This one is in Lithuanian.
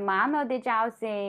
mano didžiausiai